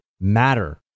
matter